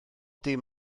dim